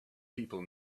people